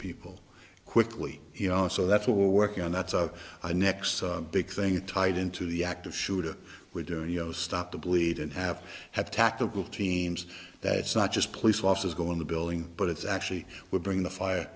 people quickly you know so that's what we're working on that's of the next big thing tied into the active shooter we're doing yo stop the bleed and have have tactical teams that it's not just police officers go in the building but it's actually we're bringing the fire